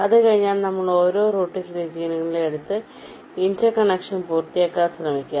അത് കഴിഞ്ഞാൽ നമ്മ ഓരോ റൂട്ടിംഗ് റീജിയനുകളെ എടുത്ത് ഇന്റർകോണക്ഷന് പൂർത്തിയാകാൻ ശ്രമിക്കും